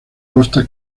costa